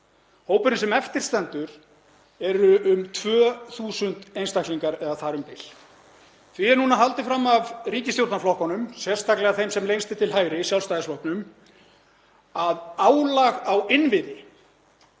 Hópurinn sem eftir stendur er um 2.000 einstaklingar eða þar um bil. Því er núna haldið fram af ríkisstjórnarflokkunum, sérstaklega þeim sem er lengst til hægri, Sjálfstæðisflokknum, að álag á innviði